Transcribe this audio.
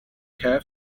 care